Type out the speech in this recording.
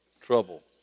trouble